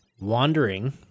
wandering